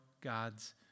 God's